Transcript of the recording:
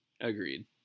agreed